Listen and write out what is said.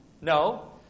No